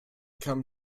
come